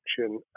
action